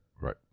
right